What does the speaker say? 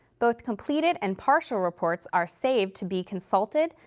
both completed and partial reports are saved to be consulted,